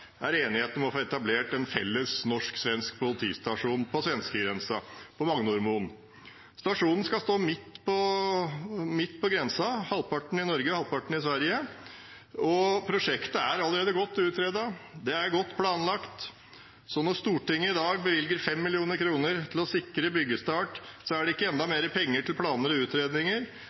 er enigheten om å få etablert en felles norsk-svensk politistasjon på svenskegrensen, på Magnormoen. Stasjonen skal stå midt på grensen – halvparten i Norge og andre halvpart i Sverige. Prosjektet er allerede godt utredet og godt planlagt, så når Stortinget i dag bevilger 5 mill. kr for å sikre byggestart, er det ikke enda mer penger til planer og utredninger.